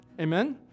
Amen